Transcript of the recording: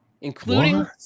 including